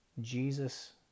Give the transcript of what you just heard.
Jesus